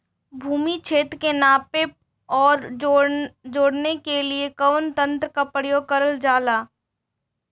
भूमि क्षेत्र के नापे आउर जोड़ने के लिए कवन तंत्र का प्रयोग करल जा ला?